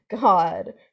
god